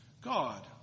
God